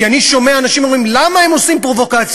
כי אני שומע אנשים אומרים: למה הם עושים פרובוקציה?